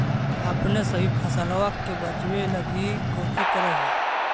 अपने सभी फसलबा के बच्बे लगी कौची कर हो?